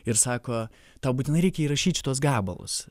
ir sako tau būtinai reikia įrašyt šituos gabalus